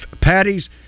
patties